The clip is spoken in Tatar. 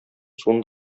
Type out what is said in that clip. суны